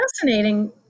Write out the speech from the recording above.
fascinating